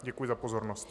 Děkuji za pozornost.